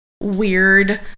weird